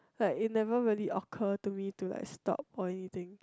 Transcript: like it never occur to me to like stop for anything